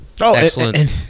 Excellent